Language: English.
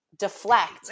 deflect